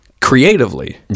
creatively